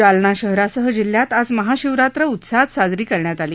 जालना शहरासह जिल्ह्यात आज महाशिवरात्री उत्साहात साजरी करण्यात आली